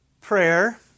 Prayer